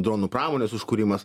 donų pramonės užkūrimas